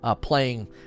playing